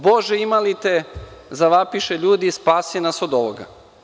Bože, ima li te, zavapiše ljudi, spasi nas od ovoga.